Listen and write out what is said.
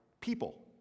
people